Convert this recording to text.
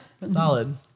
Solid